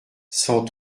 cent